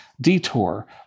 detour